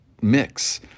mix